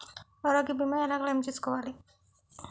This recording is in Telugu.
ఆరోగ్య భీమా ఎలా క్లైమ్ చేసుకోవాలి?